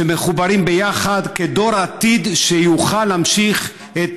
שמחוברים יחד כדור עתיד שיוכל להמשיך את